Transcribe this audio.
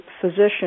physician